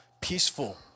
peaceful